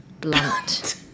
Blunt